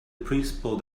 principle